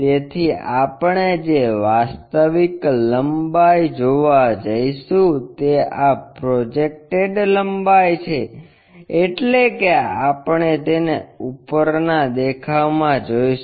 તેથી આપણે જે વાસ્તવિક લંબાઈ જોવા જઈશું તે આ પ્રોજેકટેડ લંબાઈ છે એટલે કે આપણે તેને ઉપરનાં દેખાવમાં જોઈશું